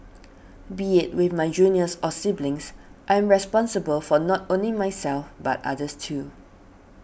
be it with my juniors or siblings I'm responsible for not only myself but others too